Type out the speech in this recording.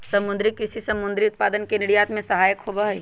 समुद्री कृषि समुद्री उत्पादन के निर्यात में सहायक होबा हई